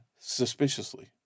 suspiciously